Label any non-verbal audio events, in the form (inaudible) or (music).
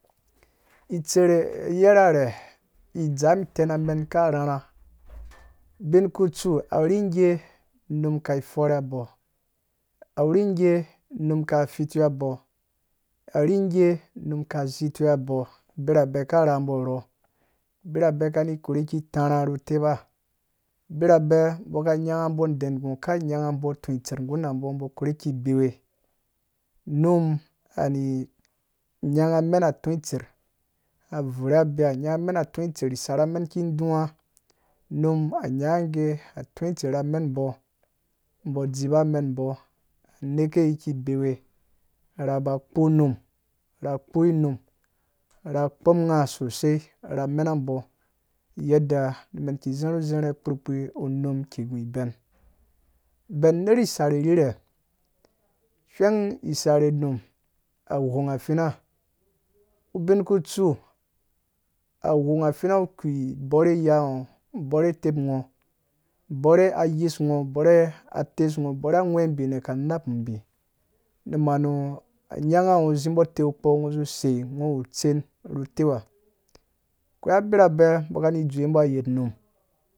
itser yerherhe idzaa mum tena menka rharha ubin tsu ge ngai ge unum ka fura bɔ a wuri ge unum ka fitewa bɔ a wunge unumka zitu we bɔ (unintelligible) ka rhabo rɔ birabe kari korhe iki tarha ru tepa birabe bɔ ka nyanga bɔ dɛngũ ka nyanga bɔ tɔ tser ge ra bɔ unum a ni nyanga bɔ mem (unintelligible) tɔi tser ra vure bia nyanga tɔi tser isarhe men iki duwa unum a nyange a tɔ tser ramen bɔ a tsipa men bɔ neke bewe ra ba kpo unum ra kpoi unum sosai ra mena bɔ, yadda mem iki ze ru zerha kpurukpi unum iki gũ ven, bɛn ner sarhe rherhe hwei isarhe unum a ghii fina ubin ku tsu a (unintelligible) ghii iki bɔre tesu ngo nuki napubi manju anyanga nga, zi taukpɔ ngo sai ngo tsen nu tewa koi birabɛ bɔ ka ri dzewe bɔ yenum